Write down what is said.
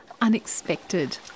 unexpected